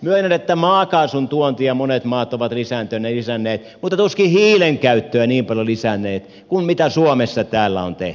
myönnän että maakaasun tuontia monet maat ovat lisänneet mutta tuskin hiilen käyttöä niin paljon lisänneet kuin suomessa täällä on tehty